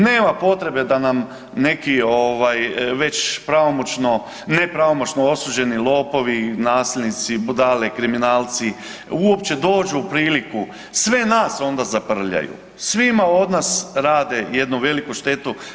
Nema potrebe da nam neki ovaj već pravomoćno, ne pravomoćno osuđeni lopovi, nasilnici, budale, kriminalci, uopće dođu u priliku, sve nas onda zaprljaju, svima od nas rade jednu veliku štetu.